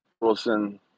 Wilson